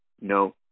No